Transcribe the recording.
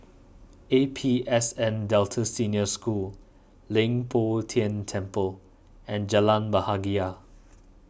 A P S N Delta Senior School Leng Poh Tian Temple and Jalan Bahagia